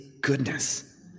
goodness